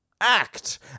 Act